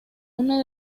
uno